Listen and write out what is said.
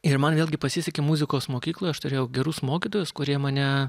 ir man vėlgi pasisekė muzikos mokykloje aš turėjau gerus mokytojus kurie mane